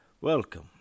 welcome